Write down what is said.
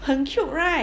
很 cute right